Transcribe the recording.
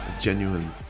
genuine